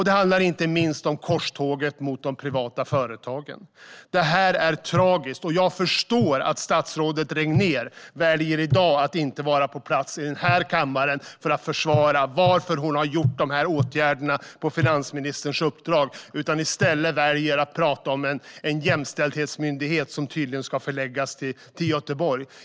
Det handlar inte minst om korståget mot de privata företagen. Det här är tragiskt, och jag förstår att statsrådet Regnér väljer att inte vara på plats här i kammaren i dag för att försvara att hon har gjort de här åtgärderna på finansministerns uppdrag utan i stället väljer att tala om en jämställdhetsmyndighet som tydligen ska förläggas till Göteborg.